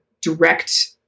direct